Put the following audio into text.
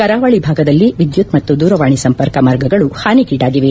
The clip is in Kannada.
ಕರಾವಳಿ ಭಾಗದಲ್ಲಿ ವಿದ್ಯುತ್ ಮತ್ತು ದೂರವಾಣಿ ಸಂಪರ್ಕ ಮಾರ್ಗಗಳು ಹಾನಿಗೀಡಾಗಿವೆ